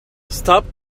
stop